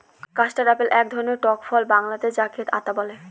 custard apple এক ধরনের টক ফল বাংলাতে যাকে আঁতা বলে